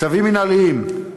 צווים מינהליים,